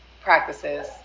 practices